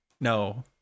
No